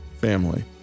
family